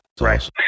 Right